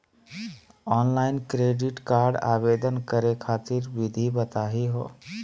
Online credit card आवेदन करे खातिर विधि बताही हो?